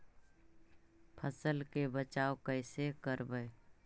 फसल के बचाब कैसे करबय?